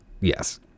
Yes